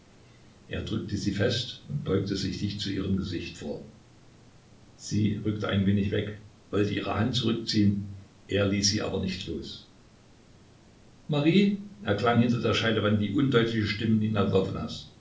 er drückte sie fest und beugte sich dicht zu ihrem gesicht vor sie rückte ein wenig weg wollte ihre hand zurückziehen er ließ sie aber nicht los marie erklang hinter der scheidewand die undeutliche stimme